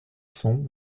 cent